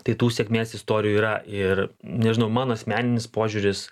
tai tų sėkmės istorijų yra ir nežinau mano asmeninis požiūris